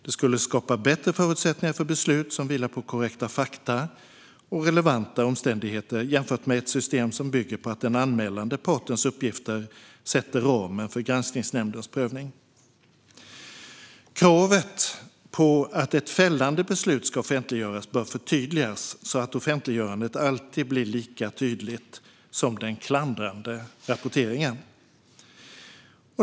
Detta skulle skapa bättre förutsättningar för beslut som vilar på korrekta fakta och relevanta omständigheter jämfört med ett system som bygger på att den anmälande partens uppgifter sätter ramen för Granskningsnämndens prövning. Kravet på att ett fällande beslut ska offentliggöras bör förtydligas så att offentliggörandet alltid blir lika tydligt som den klandrande rapporteringen.